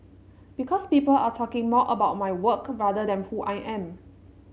because people are talking more about my work rather than who I am